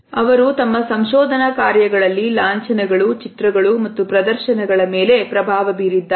ಅವರು ತಮ್ಮ ಸಂಶೋಧನಾ ಕಾರ್ಯಗಳಲ್ಲಿ ಲಾಂಛನಗಳು ಚಿತ್ರಗಳು ಮತ್ತು ಪ್ರದರ್ಶನಗಳ ಮೇಲೆ ಪ್ರಭಾವ ಬೀರಿದ್ದಾರೆ